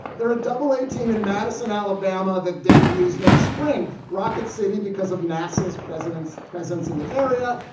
they're a double-a team in madison, alabama, that debuts next spring. rocket city because of nasa's president's presence in the area.